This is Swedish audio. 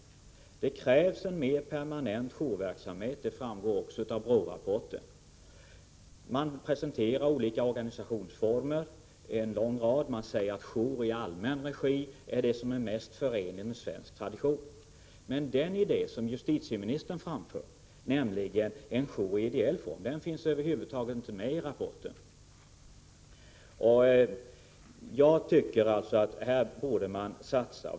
Det krävs en mer permanent jourverksamhet — det framgår också av BRÅ-rapporten. Man presenterar olika organisationsformer — det är en lång rad — och man säger att jour i allmän regi är det som är mest förenligt med svensk tradition. Men den idé som justitieministern framför, nämligen en jour i ideell form, finns över huvud taget inte med i rapporten. Jag tycker att här borde man satsa.